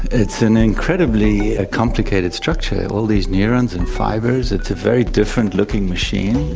it's an incredibly complicated structure, all these neurons and fibres, it's a very different looking machine.